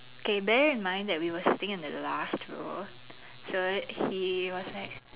K bear in mind that we were sitting in the last row so he was like